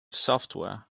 software